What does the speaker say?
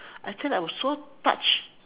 I said I was so touched